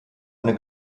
eine